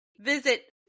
visit